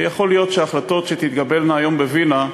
ויכול להיות שההחלטות שתתקבלנה היום בווינה,